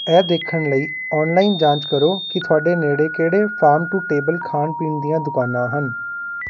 ਇਹ ਦੇਖਣ ਲਈ ਔਨਲਾਈਨ ਜਾਂਚ ਕਰੋ ਕਿ ਤੁਹਾਡੇ ਨੇੜੇ ਕਿਹੜੇ ਫਾਰਮ ਟੂ ਟੇਬਲ ਖਾਣ ਪੀਣ ਦੀਆਂ ਦੁਕਾਨਾਂ ਹਨ